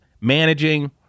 managing